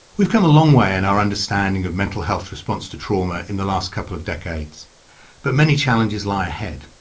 we've come a long way in our understanding of mental health response to trauma in the last couple of decades but many challenges lie ahead.